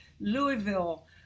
Louisville